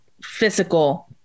physical